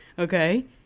okay